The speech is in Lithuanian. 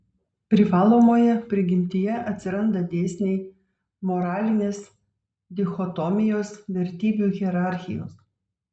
privalomoje prigimtyje atsiranda dėsniai moralinės dichotomijos vertybių hierarchijos